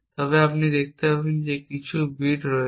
তবে আপনি দেখতে পাবেন যে কিছু বিট রয়েছে